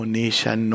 nation